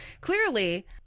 clearly